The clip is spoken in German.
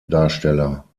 darsteller